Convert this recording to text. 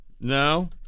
No